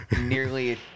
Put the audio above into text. nearly